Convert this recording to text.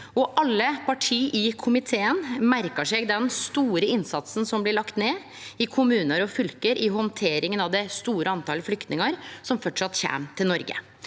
Alle partia i komiteen merkar seg den store innsatsen som blir lagd ned i kommunar og fylke i handteringa av det store talet flyktningar som framleis kjem til Noreg.